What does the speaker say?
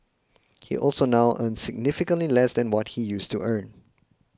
he also now earns significantly less than what he used to earn